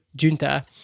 Junta